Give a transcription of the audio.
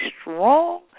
strong